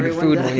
food